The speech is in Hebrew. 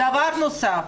דבר נוסף.